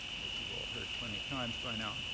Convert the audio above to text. as you've all heard plenty of times by now,